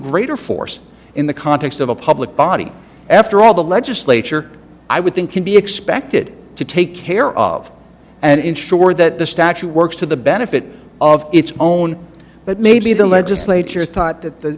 greater force in the context of a public body after all the legislature i would think can be expected to take care of and ensure that the statue works to the benefit of its own but maybe the legislature thought that the